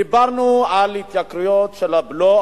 דיברנו על התייקרויות של הבלו,